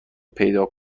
پیدا